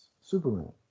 Superman